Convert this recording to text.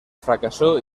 fracasó